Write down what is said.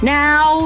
now